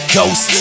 Ghost